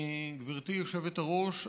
גברתי היושבת-ראש,